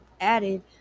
added